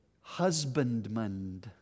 husbandman